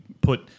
put